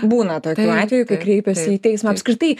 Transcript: būna tokių atvejų kai kreipiasi į teismą apskritai